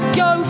go